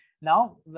now